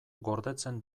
gordetzen